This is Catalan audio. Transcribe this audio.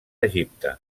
egipte